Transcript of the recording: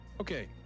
Okay